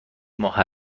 ماه